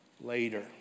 later